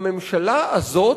הממשלה הזאת,